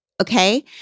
okay